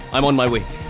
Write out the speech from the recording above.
i'm on my way.